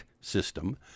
system